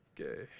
Okay